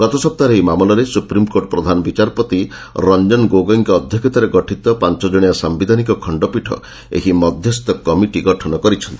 ଗତସପ୍ତାହରେ ଏହି ମାମଲାରେ ସୁପ୍ରିମକୋର୍ଟ ପ୍ରଧାନ ବିଚାରପତି ରଞ୍ଜନ ଗୋଗୋଇଙ୍କ ଅଧ୍ୟକ୍ଷତାରେ ଗଠିତ ପାଞ୍ଚଜଣିଆ ସାୟିଧାନିକ ଖଣ୍ଡପୀଠ ଏହି ମଧ୍ୟସ୍ଥ କମିଟି ଗଠନ କରିଛନ୍ତି